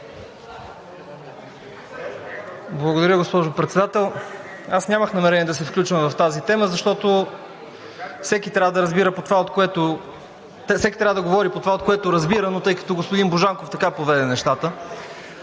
Благодаря, госпожо Председател. Аз нямах намерение да се включвам в тази тема, защото всеки трябва да говори по това, от което разбира, но тъй като господин Божанков така поведе нещата.